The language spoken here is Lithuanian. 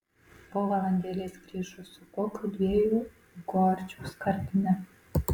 po valandėlės grįžo su kokių dviejų gorčių skardine